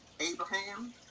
Abraham